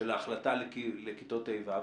של החלטה לכיתות ה', ו'.